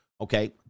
Okay